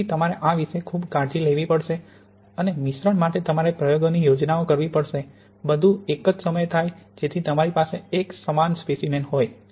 તેથી તમારે આ વિશે ખૂબ કાળજી લેવી પડશે અને મિશ્રણ માટે તમારે પ્રયોગોની યોજના કરવી પડશે બધું એક જ સમયે થાય જેથી તમારી પાસે એક સમાન સ્પેસીમેન હોય